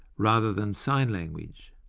rather than sign language.